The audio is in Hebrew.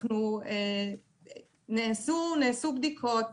נעשו בדיקות,